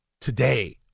today